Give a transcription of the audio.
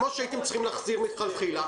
כפי שהייתם צריכים להחזיר מלכתחילה,